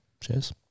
Cheers